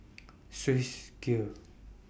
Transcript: Swissgear